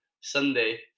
Sunday